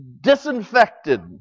disinfected